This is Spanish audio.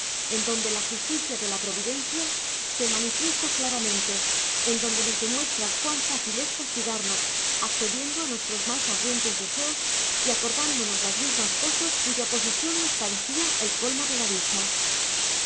en donde la justicia de la providencia se manifiesta claramente en donde nos demuestra cuán fácil la es castigarnos accediendo a nuestros mas ardientes deseos y acordándonos las mismas cosas cuya posesion nos parecía el colmo de la dicha